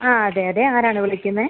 ആ അതെ അതെ ആരാണ് വിളിക്കുന്നത്